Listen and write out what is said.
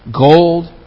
Gold